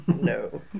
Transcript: No